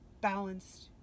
balanced